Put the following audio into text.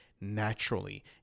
naturally